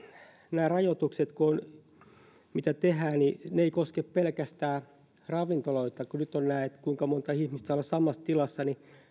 nämä rajoitukset mitä tehdään eivät koske pelkästään ravintoloita kun nyt on tämä kuinka monta ihmistä saa olla samassa tilassa niin